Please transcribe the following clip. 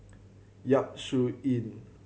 Yap Su Yin